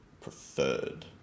preferred